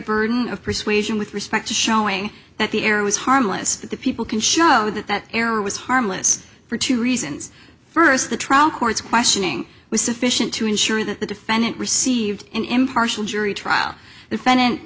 burden of persuasion with respect to showing that the error was harmless that the people can show that that error was harmless for two reasons first the trial court's questioning was sufficient to ensure that the defendant received an impartial jury trial defend